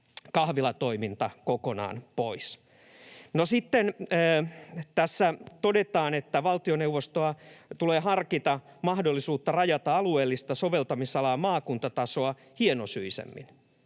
kahvilatoiminta kokonaan pois. Sitten tässä todetaan, että valtioneuvoston tulee harkita mahdollisuutta rajata alueellista soveltamisalaa maakuntatasoa hienosyisemmin.